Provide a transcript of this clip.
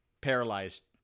paralyzed